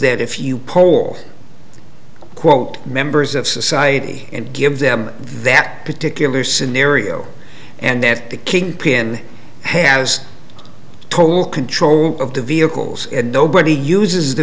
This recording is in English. that if you poll quote members of society and give them that particular scenario and that the kingpin has total control of the vehicles and nobody uses the